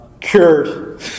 cured